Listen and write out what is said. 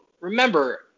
remember